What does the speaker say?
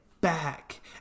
back